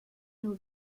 nur